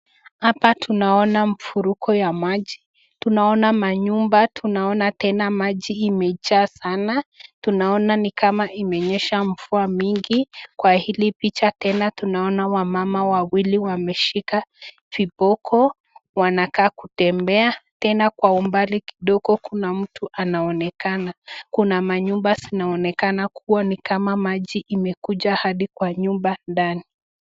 Hapa tunaona mfuriko wa maji, tunaona manyumba, tunaona tena maji imejaa sana. Tunaona ni kama imenyesha mvua mingi, Kwa hili picha tena tunaona wamama wawili wameshika viboko wanakaa kutembea tena kwa umbali kidogo kuna mtu anaonekana. Kuna manyumba zinaonekana kuwa ni kama maji imekuja hadi kwa nyumba ndani.